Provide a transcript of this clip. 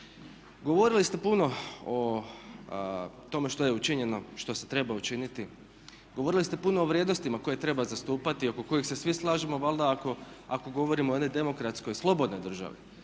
Govorili ste puno o tome što je učinjeno, što se treba učiniti, govorili ste puno o vrijednostima koje treba zastupati i oko kojih se svi slažemo valjda ako govorimo o jednoj demokratskoj slobodnoj državi.